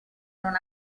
non